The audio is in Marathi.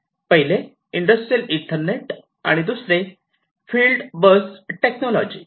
पहिले इंडस्ट्रियल ईथरनेट आणि दुसरे फील्ड बस टेक्नॉलॉजी